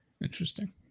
Interesting